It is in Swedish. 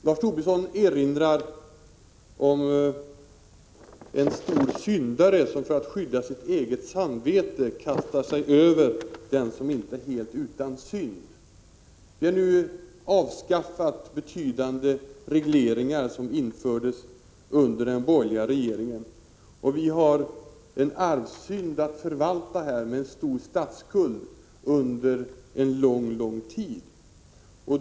Lars Tobisson erinrar om en stor syndare som för att skydda sitt eget samvete kastar sig över den som inte är helt utan synd. Betydande regleringar som infördes under den borgerliga regeringstiden är nu avskaffade, och vi har att förvalta en arvssynd i form av en statsskuld under en lång lång tid.